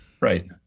right